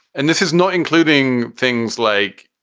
and this is not including things like,